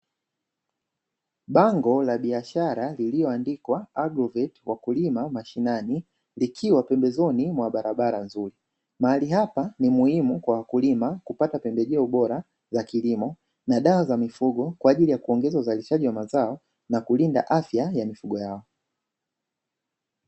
Bango la biashara iliyoandikwa "AGROVETI WAKULIMA MASHINANI", likiwa pembezoni mwa barabara nzuri. Mahali hapa ni muhimu kwa wakulima kupata pembejeo bora za kilimo na dawa za mifugo, kwa ajili ya kuongeza uzalishaji wa mazao na kulinda afya ya mifugo yao.